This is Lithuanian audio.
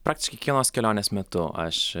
praktiškai kiekvienos kelionės metu aš